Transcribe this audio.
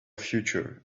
future